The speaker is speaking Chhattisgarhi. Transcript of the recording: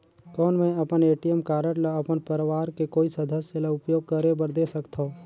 कौन मैं अपन ए.टी.एम कारड ल अपन परवार के कोई सदस्य ल उपयोग करे बर दे सकथव?